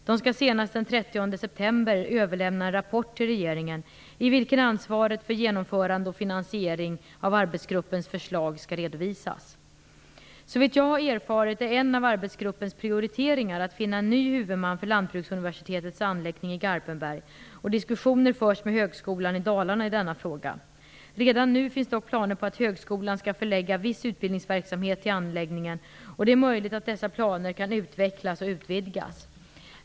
De skall senaste den 30 september 1996 överlämna en rapport till regeringen, i vilken ansvaret för genomförande och finansiering av arbetsgruppens förslag skall redovisas. Såvitt jag har erfarit är en av arbetsgruppens prioriteringar att finna en ny huvudman för Lantbruksuniversitetets anläggning i Garpenberg, och diskussioner förs med högskolan i Dalarna i denna fråga. Redan nu finns dock planer på att högskolan skall förlägga viss utbildningsverksamhet till anläggningen, och det är möjligt att dessa planer kan utvecklas och utvidgas.